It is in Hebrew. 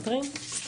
אני,